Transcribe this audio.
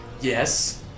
Yes